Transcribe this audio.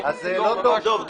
אז זה לא טוב?